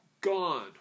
Gone